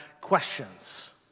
questions